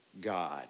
God